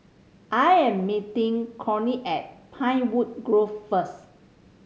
I am meeting Kortney at Pinewood Grove first